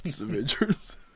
avengers